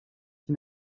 qui